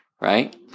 right